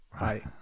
right